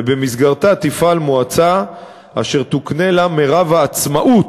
ובמסגרתה תוקם מועצה אשר תוקנה לה מרב העצמאות,